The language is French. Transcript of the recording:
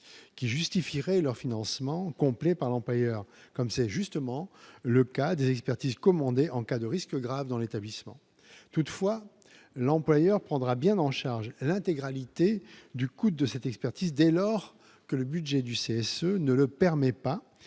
qui justifierait leur financement complet par l'employeur, comme c'est justement le cas des expertises commandées en cas de risque grave dans l'établissement, toutefois, l'employeur prendra bien en charge l'intégralité du coût de cette expertise, dès lors que le budget du CSE ne le permet pas,